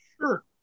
Sure